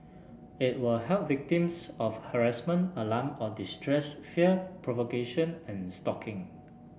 it will help victims of harassment alarm or distress fear provocation and stalking